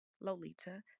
Lolita